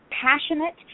passionate